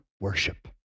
worship